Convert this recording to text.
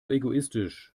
egoistisch